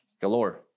Galore